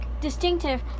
distinctive